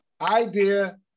Idea